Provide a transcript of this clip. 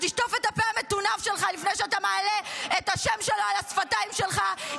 תשטוף את הפה המטונף שלך לפני שאתה מעלה את השם שלו על השפתיים שלך,